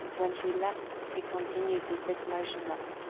when she left he continued to sit motionless,